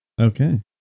okay